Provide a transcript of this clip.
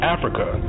Africa